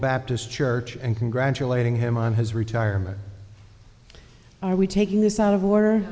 baptist church and congratulating him on his retirement are we taking this out of order